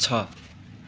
छ